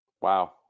wow